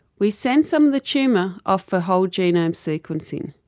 we send some of the tumour off for whole genome sequencing.